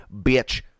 bitch